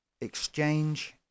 exchange